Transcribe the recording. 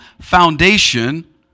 foundation